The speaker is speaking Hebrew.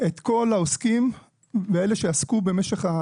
את כל העוסקים ואלה שעסקו במשך,